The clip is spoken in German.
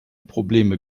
probleme